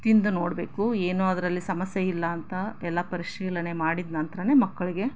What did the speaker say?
ತಿಂದು ನೋಡಬೇಕು ಏನು ಅದರಲ್ಲಿ ಸಮಸ್ಯೆ ಇಲ್ಲ ಅಂತ ಎಲ್ಲ ಪರಿಶೀಲನೆ ಮಾಡಿದ ನಂತರನೇ ಮಕ್ಕಳಿಗೆ